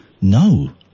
No